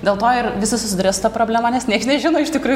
dėl to ir visi susiduria su ta problema nes nieks nežino iš tikrųjų